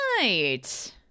right